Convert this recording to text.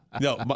no